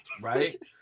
right